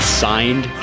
signed